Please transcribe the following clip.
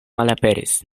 malaperis